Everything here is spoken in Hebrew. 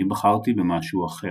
אני בחרתי במשהו אחר.